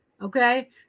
okay